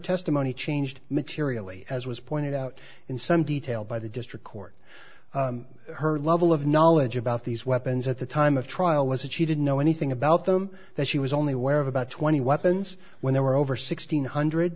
testimony changed materially as was pointed out in some detail by the district court her level of knowledge about these weapons at the time of trial was that she didn't know anything about them that she was only ware of about twenty weapons when there were over sixteen hundred